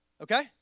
Okay